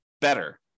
better